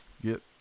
get